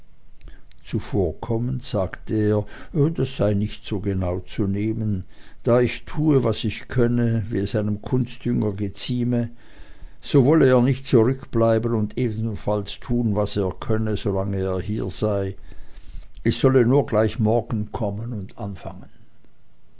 zuvorkommend sagte er das sei gar nicht so genau zu nehmen da ich tue was ich könne wie es einem kunstjünger gezieme so wolle er nicht zurückbleiben und ebenfalls tun was er könne solange er hier sei und ich solle nur gleich morgen kommen und anfangen